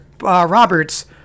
Roberts